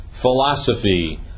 philosophy